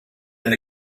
and